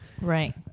Right